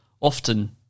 often